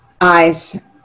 eyes